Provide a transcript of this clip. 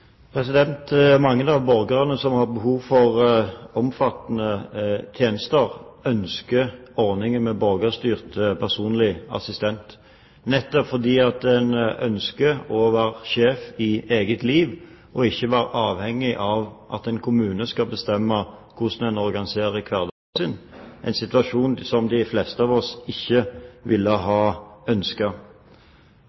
oppfølgingsspørsmål. Mange av borgerne som har behov for omfattende tjenester, ønsker ordningen med borgerstyrt personlig assistent, nettopp fordi en ønsker å være sjef i eget liv og ikke være avhengig av at en kommune skal bestemme hvordan en organiserer hverdagen sin, en situasjon som de fleste av oss ikke ville ha